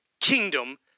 kingdom